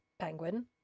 Penguin